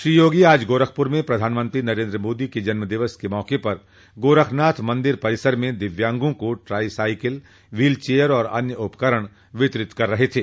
श्री योगी आज गोरखपुर में प्रधानमंत्री नरेन्द्र मोदी के जन्म दिवस के मौके पर गोरखनाथ मंदिर परिसर में दिव्यांगों को ट्राई साइकिल व्हील चेयर और अन्य उपकरण वितरित कर रहे थे